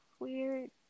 weird